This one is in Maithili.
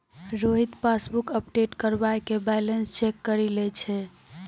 रोहित पासबुक अपडेट करबाय के बैलेंस चेक करि लै छै